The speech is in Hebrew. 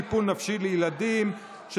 טיפול נפשי לילדים נפגעי אלימות במשפחה),